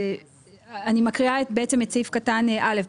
אני מקריאה בעצם את סעיף קטן (א).